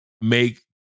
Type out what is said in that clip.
make